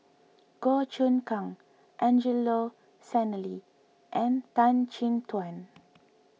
Goh Choon Kang Angelo Sanelli and Tan Chin Tuan